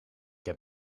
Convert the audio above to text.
heb